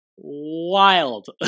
wild